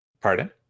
Pardon